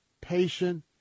patient